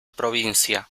provincia